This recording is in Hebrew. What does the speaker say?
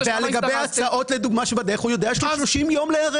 ולגבי ההצעות לדוגמה שבדרך הוא יודע שיש לו 30 יום להיערך.